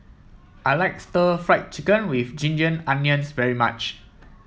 I like Stir Fried Chicken with Ginger Onions very much